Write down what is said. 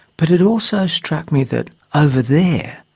but it also struck me that ah over there,